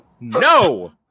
No